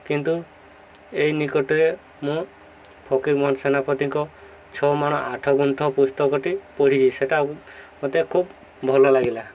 କିନ୍ତୁ ଏଇ ନିକଟରେ ମୁଁ ଫକୀର ମୋହନ ସେନାପତିଙ୍କ ଛଅ ମାଣ ଆଠ ଗୁଣ୍ଠ ପୁସ୍ତକଟି ପଢ଼ିଛି ସେଟା ମୋତେ ଖୁବ ଭଲ ଲାଗିଲା